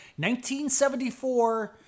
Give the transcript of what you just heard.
1974